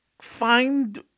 find